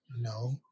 No